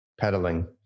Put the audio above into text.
pedaling